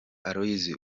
aloys